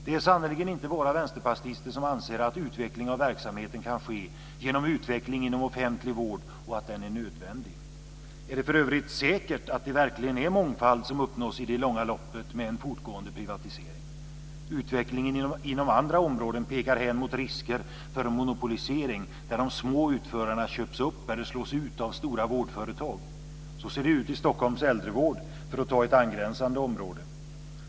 Det är sannerligen inte bara vänsterpartister som anser att utveckling av verksamheten kan ske genom utveckling inom offentlig vård och att den är nödvändig. Är det för övrigt säkert att det verkligen är mångfald som uppnås i det långa loppet med en fortgående privatisering? Utvecklingen inom andra områden pekar hän mot risker för monopolisering där de små utförarna köps upp eller slås ut av stora vårdföretag. Så ser det ut i Stockholms äldrevård, ett angränsande område.